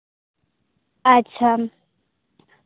ᱟᱪᱪᱷᱟ